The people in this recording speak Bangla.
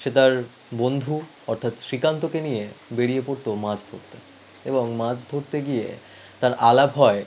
সে তার বন্ধু অর্থাৎ শ্রীকান্তকে নিয়ে বেরিয়ে পরতো মাছ ধরতে এবং মাছ ধরতে গিয়ে তার আলাপ হয়